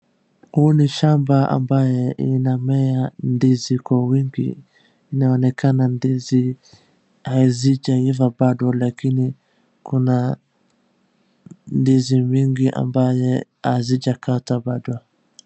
Huu ni shamba ambaye inamea ndizi kwa wingi. Inaonekana ndizi hazijaiva bado lakini kuna ndizi mingi ambaye hazijakatwa bado.